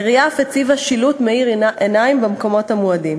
העירייה אף הציבה שילוט מאיר עיניים במקומות המועדים.